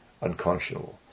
unconscionable